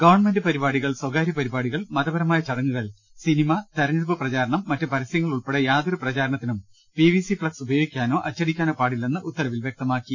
government പരിപാടികൾ സ്വകാര്യ പരിപാടികൾ മതപരമായ ചടങ്ങുകൾ സിനിമ തെരഞ്ഞെടുപ്പ് പ്രചാരണം മറ്റു പരസ്യങ്ങൾ ഉൾപ്പെടെ യാതൊരു പ്രചാരണത്തിനും പി വി സി ഫ്ളക്സ് ഉപ യോഗിക്കാനോ അച്ചടിക്കാനോ പാടില്ലെന്ന് ഉത്തരവിൽ വ്യക്തമാക്കി